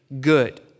good